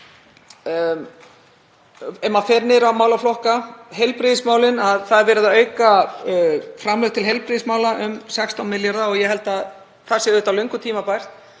Ef maður fer niður á málaflokka, heilbrigðismálin, þá er verið að auka framlög til heilbrigðismála um 16 milljarða og ég held að það sé löngu tímabært.